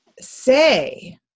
say